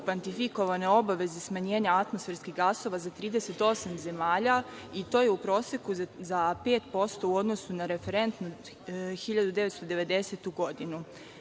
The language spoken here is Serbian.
kvantifikovane obaveze smanjenja atmosferskih gasova za 38 zemalja i to je u proseku za 5% u odnosu na referentnu 1990.